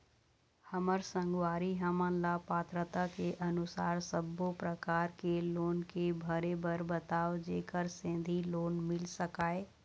हमर संगवारी हमन ला पात्रता के अनुसार सब्बो प्रकार के लोन के भरे बर बताव जेकर सेंथी लोन मिल सकाए?